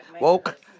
Woke